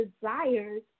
desires